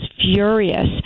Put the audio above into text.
furious